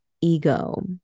ego